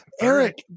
Eric